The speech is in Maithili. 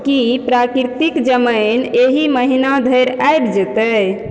की प्राकृतिक जमैन एहि महिनाधरि आबि जेतै